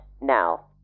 now